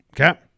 okay